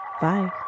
bye